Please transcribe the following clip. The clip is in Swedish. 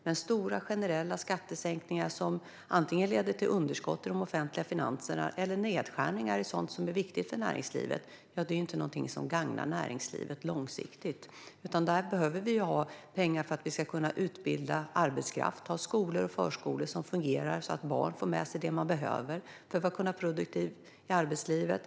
Men stora, generella skattesänkningar som antingen leder till underskott i de offentliga finanserna eller nedskärningar i sådant som är viktigt för näringslivet är ju inte någonting som gagnar näringslivet långsiktigt. Där behöver vi i stället ha pengar för att kunna utbilda arbetskraft och ha förskolor och skolor som fungerar så att barn får med sig det de behöver för att kunna vara produktiva i arbetslivet.